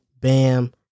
Bam